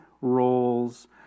roles